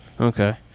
Okay